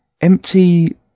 empty